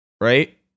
Right